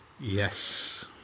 Yes